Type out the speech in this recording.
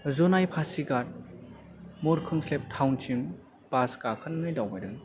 जनाय फासिघाथ मुरखंसेलेक टाउनसिम बास गाखोनो नायदावबायदों